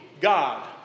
God